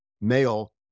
male